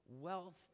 wealth